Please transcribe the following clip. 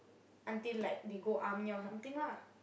until like they go army or something lah